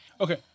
Okay